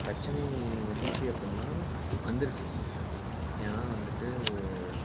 பிரச்சினை வந்துச்சு அப்பட்னா வந்திருக்கு ஏனால் வந்துட்டு